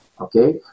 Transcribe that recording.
okay